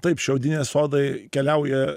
taip šiaudiniai sodai keliauja